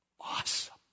Awesome